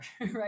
right